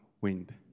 wind